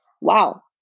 wow